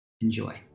Enjoy